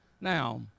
Now